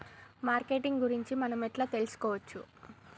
Marketing గురించి మనం ఎలా తెలుసుకోవచ్చు?